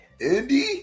Indy